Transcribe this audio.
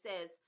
says